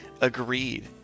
Agreed